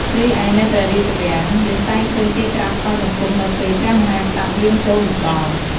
រីឯនៅព្រះរាជវាំង យើងតែងឃើញគេក្រាបថ្វាយបង្គំនៅពេលព្រះមហាក្សត្រយាងចូលមកដល់។